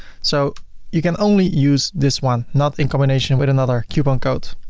so you can only use this one, not in combination with another coupon code.